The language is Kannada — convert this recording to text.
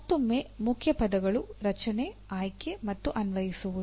ಮತ್ತೊಮ್ಮೆ ಮುಖ್ಯಪದಗಳು ರಚನೆ ಆಯ್ಕೆ ಮತ್ತು ಅನ್ವಯಿಸುವುದು